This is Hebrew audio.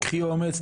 קחי אומץ,